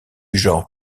genre